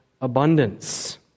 abundance